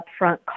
upfront